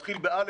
מתחיל ב-א',